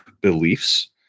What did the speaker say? beliefs